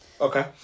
Okay